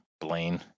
blaine